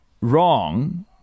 wrong